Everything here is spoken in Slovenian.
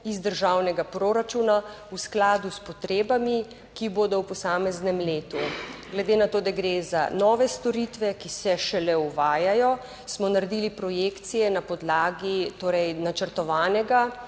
iz državnega proračuna v skladu s potrebami, ki bodo v posameznem letu. Glede na to, da gre za nove storitve, ki se šele uvajajo, smo naredili projekcije na podlagi torej načrtovanega